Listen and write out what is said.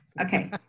Okay